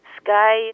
sky